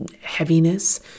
heaviness